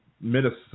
Minnesota